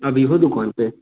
अभी हो दुकान पर